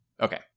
Okay